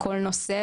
בכל נושא,